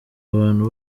abantu